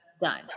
done